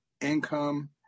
income